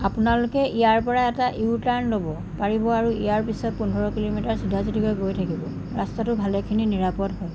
আপোনালোকে ইয়াৰ পৰা এটা ইউ টাৰ্ণ ল'ব পাৰিব আৰু ইয়াৰ পিছৰ পোন্ধৰ কিলোমিটাৰ চিধা চিধিকৈ গৈ থাকিব ৰাস্তাটো ভালেখিনি নিৰাপদ হয়